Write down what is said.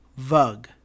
VUG